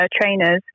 trainers